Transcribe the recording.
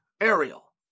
Ariel